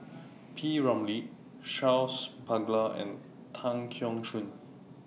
P Ramlee Charles Paglar and Tan Keong Choon